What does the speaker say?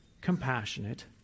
compassionate